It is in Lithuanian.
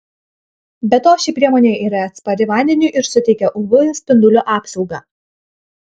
be to ši priemonė yra atspari vandeniui ir suteikia uv spindulių apsaugą